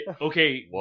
Okay